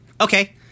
Okay